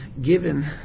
given